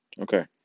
Okay